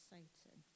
Satan